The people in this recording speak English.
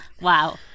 Wow